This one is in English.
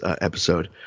episode